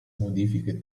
modifiche